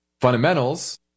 Fundamentals